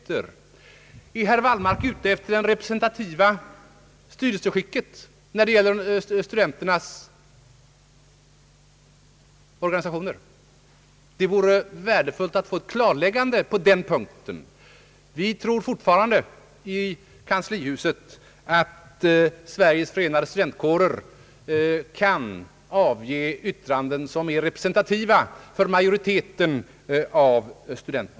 Vill han komma åt det representativa styrelseskicket i studenternas organisationer? Det vore värdefullt att få ett klarläggande på den punkten. Vi i kanslihuset tror fortfarande att Sveriges förenade studentkårer kan avge yttranden som är representativa för majoriteten av studenter.